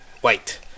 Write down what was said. White